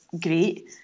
great